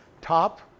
Top